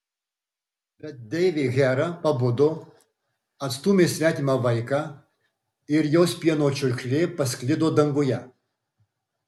bet deivė hera pabudo atstūmė svetimą vaiką ir jos pieno čiurkšlė pasklido danguje